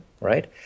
right